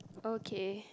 okay